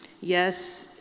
Yes